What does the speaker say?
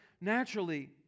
naturally